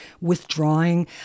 withdrawing